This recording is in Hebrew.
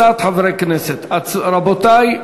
אם כן,